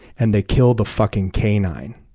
and they kill the fucking k nine